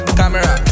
camera